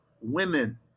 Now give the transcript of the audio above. women